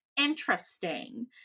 interesting